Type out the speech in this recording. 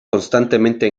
constantemente